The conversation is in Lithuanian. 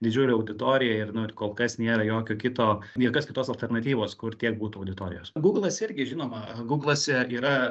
didžiulė auditorija ir nu ir kol kas nėra jokio kito jokios kitos alternatyvos kur tiek būtų auditorijos gūglas irgi žinoma gūglas yra